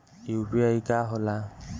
UPI का होला?